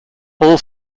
all